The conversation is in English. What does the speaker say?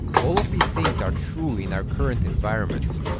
all of these things are true in our current environment,